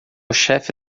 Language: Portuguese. chefe